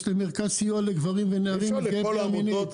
יש למרכז סיוע לגברים ונערים נפגעי פגיעה מינית.